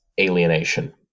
alienation